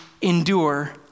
endure